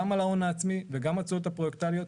גם על ההון העצמי וגם התשואות הפרויקטאליות.